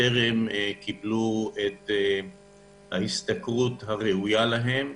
בטרם קיבלו את ההשתכרות הראויה להם,